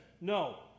no